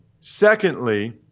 Secondly